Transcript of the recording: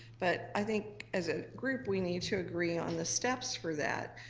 but i think as a group we need to agree on the steps for that.